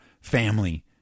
family